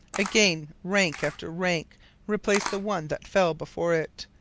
again rank after rank replaced the one that fell before it.